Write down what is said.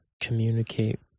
communicate